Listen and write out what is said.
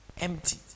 Emptied